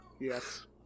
yes